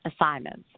assignments